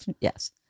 Yes